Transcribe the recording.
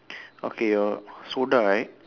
okay oh soda right